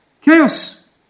Chaos